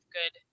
good